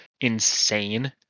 insane